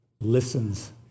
listens